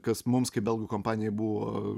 kas mums kaip belgų kompanijai buvo